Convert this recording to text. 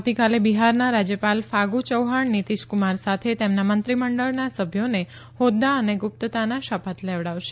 આવતીકાલે બિહારના રાજ્યપાલ ફાગુ ચૌહાણ નિતીશકુમાર સાથે તેમના મંત્રીમંડળના સભ્યોને હોદ્દા અને ગુપ્તતાના શપથ લેવડાવશે